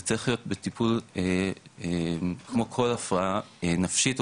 זה צריך להיות בטיפול כמו כל הפרעה נפשית,